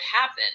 happen